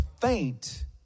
faint